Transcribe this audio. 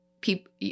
people